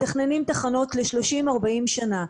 מתכננים תחנות ל-30 ו-40 שנים,